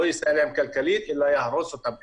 הוא יהרוס אותם כלכלית.